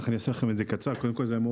אני קצת אדבר על ההדרכות.